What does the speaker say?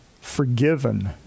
Forgiven